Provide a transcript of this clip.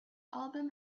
album